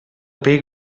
pell